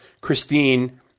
christine